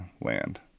land